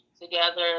together